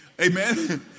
Amen